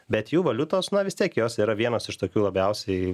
bet jų valiutos na vis tiek jos yra vienos iš tokių labiausiai